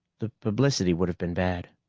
the publicity would have been bad.